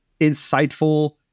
insightful